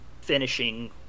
finishing